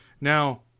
now